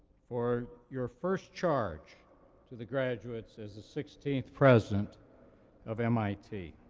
for your first charge to the graduates as the sixteenth president of mit.